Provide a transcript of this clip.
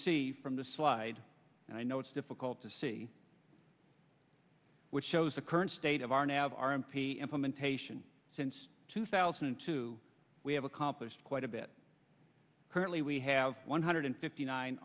see from the slide and i know it's difficult to see which shows the current state of arnav our m p implementation since two thousand and two we have accomplished quite a bit currently we have one hundred fifty nine